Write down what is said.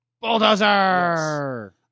bulldozer